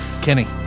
Kenny